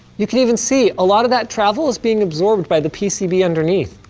you can even see, a lot of that travel is being absorbed by the pcb underneath.